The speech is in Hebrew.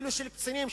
אפילו של קצינים,